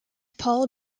paul